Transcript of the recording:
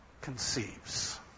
conceives